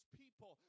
people